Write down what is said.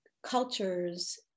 cultures